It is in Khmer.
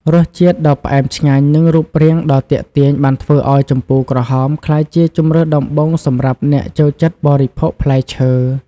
រសជាតិដ៏ផ្អែមឆ្ងាញ់ និងរូបរាងដ៏ទាក់ទាញបានធ្វើឱ្យជម្ពូក្រហមក្លាយជាជម្រើសដំបូងសម្រាប់អ្នកចូលចិត្តបរិភោគផ្លែឈើ។